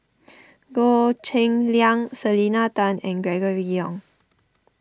Goh Cheng Liang Selena Tan and Gregory Yong